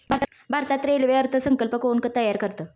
भारतात रेल्वे अर्थ संकल्प कोण तयार करतं?